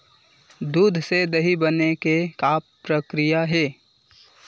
दूध से दही बने के का प्रक्रिया हे?